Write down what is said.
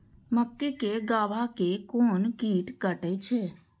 मक्के के गाभा के कोन कीट कटे छे?